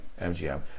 mgm